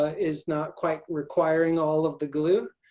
ah is not quite requiring all of the glue.